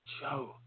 Joe